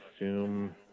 assume